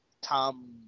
Tom